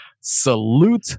Salute